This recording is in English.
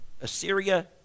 Assyria